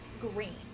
green